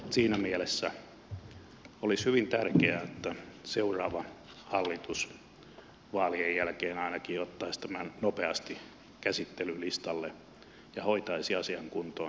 siinä mielessä olisi hyvin tärkeää että seuraava hallitus vaalien jälkeen ainakin ottaisi tämän nopeasti käsittelylistalle ja hoitaisi asian kuntoon